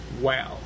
Wow